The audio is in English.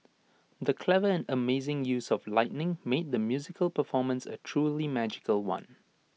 the clever and amazing use of lighting made the musical performance A truly magical one